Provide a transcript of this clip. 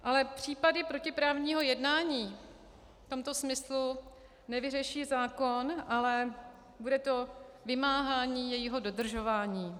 Ale případy protiprávního jednání v tomto smyslu nevyřeší zákon, ale bude to vymáhání jejího dodržování.